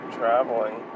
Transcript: traveling